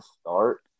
start